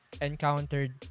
encountered